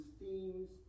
themes